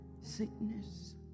sickness